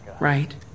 right